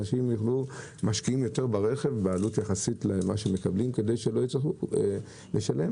אנשים משקיעים יותר ברכב כדי שלא יצטרכו לשלם.